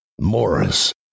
Morris